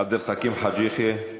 עבד אל חכים חאג' יחיא.